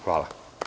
Hvala.